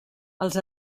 els